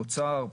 אוצר,